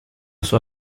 sua